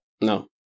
no